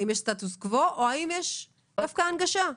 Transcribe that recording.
האם יש סטטוס קוו או האם יש דווקא הנגשה.